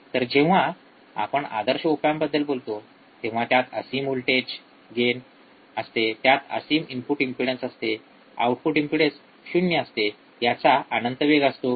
तर जेव्हा आपण आदर्श ओप एम्पबद्दल बोलतो तेव्हा त्यात असीम व्होल्टेज गेन असते त्यात असीम इनपुट इम्पेडन्स असते आउटपुट इम्पेडन्स 0 असते याचा अनंत वेग असतो